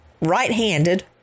right-handed